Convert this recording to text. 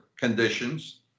conditions